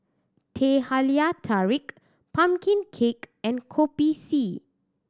Teh Halia Tarik pumpkin cake and Kopi C